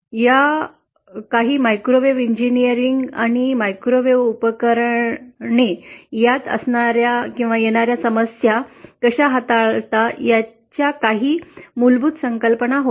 त्यामुळे microwave engineering आणि microwave उपकरणे असताना येणाऱ्या समस्या कशा हाताळता याच्या काही मूलभूत संकल्पना होत्या